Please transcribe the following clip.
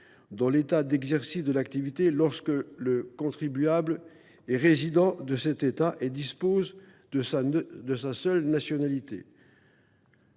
dans l’État d’exercice de l’activité lorsque le contribuable est résident de cet État et dispose de sa seule nationalité.